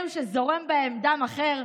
אלו שזורם בהם דם אחר,